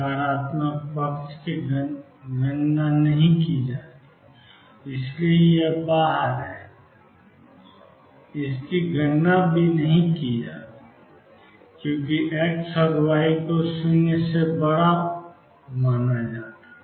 नकारात्मक पक्ष की गणना नहीं की जाती है इसलिए यह बाहर है इसकी गणना नहीं की जाती है क्योंकि X और Y को 0 से बड़ा माना जाता है